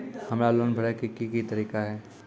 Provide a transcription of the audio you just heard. हमरा लोन भरे के की तरीका है?